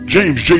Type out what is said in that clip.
James